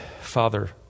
Father